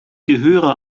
gehöre